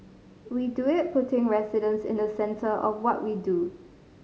we do it putting residents in the centre of what we do